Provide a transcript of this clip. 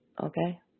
Okay